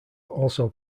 also